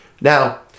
Now